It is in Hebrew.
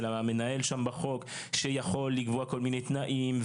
של המנהל שם בחוק שיכול לקבוע כל מיני תנאים,